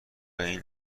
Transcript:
این